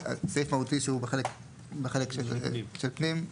סעיף מהותי שהוא בחלק של ועדת הפנים.